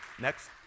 Next